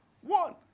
One